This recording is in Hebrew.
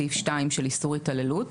סעיף 2 של איסור התעללות.